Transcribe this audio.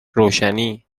روشنی